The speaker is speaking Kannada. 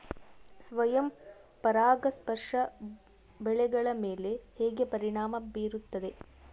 ಸ್ವಯಂ ಪರಾಗಸ್ಪರ್ಶ ಬೆಳೆಗಳ ಮೇಲೆ ಹೇಗೆ ಪರಿಣಾಮ ಬೇರುತ್ತದೆ?